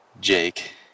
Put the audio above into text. Jake